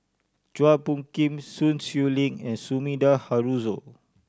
Chua Phung Kim Sun Xueling and Sumida Haruzo